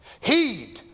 heed